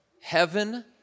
heaven